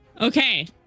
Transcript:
Okay